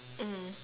mm